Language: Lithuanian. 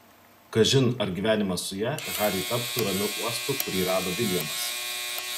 kažin ar gyvenimas su ja hariui taptų ramiu uostu kurį rado viljamas